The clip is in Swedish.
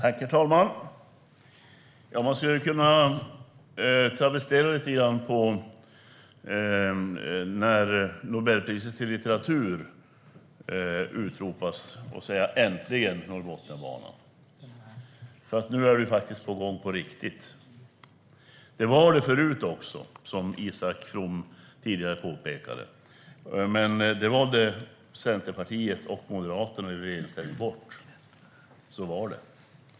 Herr talman! Låt mig få travestera när Nobelpriset i litteratur tillkännages: Äntligen Norrbotniabanan! Nu är den på gång på riktigt. Det var den tidigare, som Isak From påpekade, men det valde Centerpartiet och Moderaterna i regeringsställning bort. Så var det.